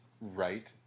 right